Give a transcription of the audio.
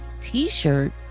t-shirt